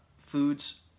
foods